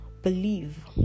believe